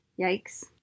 Yikes